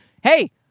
Hey